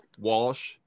walsh